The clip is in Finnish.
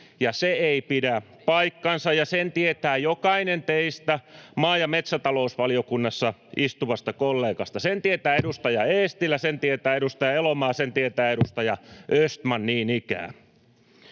se ei pidä paikkaansa, ja sen tietää jokainen teistä maa‑ ja metsätalousvaliokunnassa istuvista kollegoista — sen tietää edustaja Eestilä, sen tietää edustaja Elomaa, sen tietää edustaja Östman niin ikään.